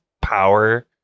power